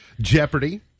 Jeopardy